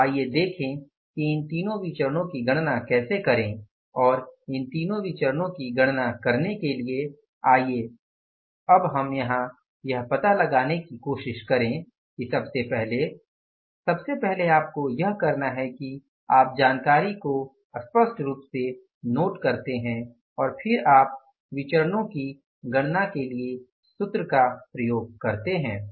तो आइए देखें कि इन तीनों विचरणो की गणना कैसे करें और इन तीनों विचरणो की गणना करने के लिए आइए अब हम यहां यह पता लगाने की कोशिश करें कि सबसे पहले सबसे पहले आपको यह करना है कि आप जानकारी को स्पष्ट रूप से नोट करते हैं और फिर आप विचरणो की गणना के लिए सूत्र का प्रयोग करते हैं